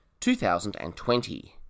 2020